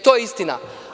To je istina.